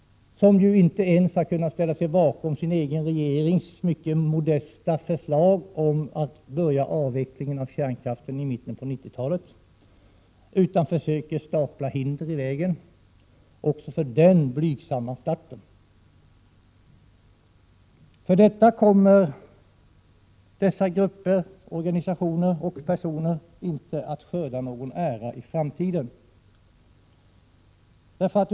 De har ju inte ens kunnat ställa sig bakom sin egen regerings Prot. 1987/88:135 mycket modesta förslag om att avvecklingen av kärnkraften skall börja i 7 juni 1988 mitten av 1990-talet, utan de försöker stapla hinder i vägen för den blygsamma starten. Å För detta kommer dessa grupper, organisationer och personer inte att skörda någon ära i framtiden.